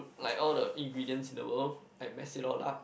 like all the ingredients in the world I mess it all up